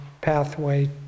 pathway